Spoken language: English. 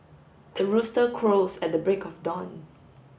the rooster crows at the break of dawn